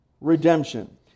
redemption